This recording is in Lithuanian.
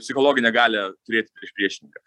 psichologinę galią turėti prieš priešininką